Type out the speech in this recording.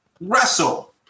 Wrestle